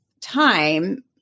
time